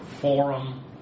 forum